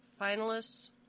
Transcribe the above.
Finalists